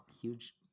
huge